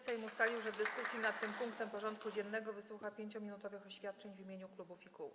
Sejm ustalił, że w dyskusji nad tym punktem porządku dziennego wysłucha 5-minutowych oświadczeń w imieniu klubów i kół.